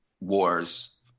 wars